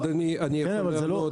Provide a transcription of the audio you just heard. אדוני, אני יכול לענות?